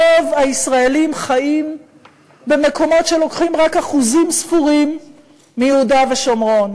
רוב הישראלים חיים במקומות שלוקחים רק אחוזים ספורים מיהודה ושומרון,